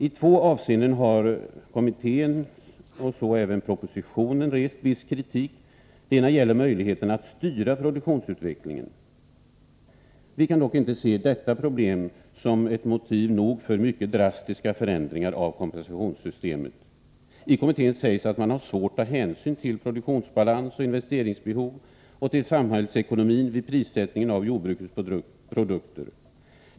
I två avseenden har kommittén, och så även propositionen, rest viss kritik. Det ena gäller möjligheterna att styra produktionsutvecklingen. Vi kan dock inte se att detta problem är motiv nog för mycket drastiska förändringar av kompensationssystemet. I kommittébetänkandet sägs att man har svårt att ta hänsyn till produktionsbalans och investeringsbehov samt samhällsekonomi vid prissättningen av jordbrukets produktion.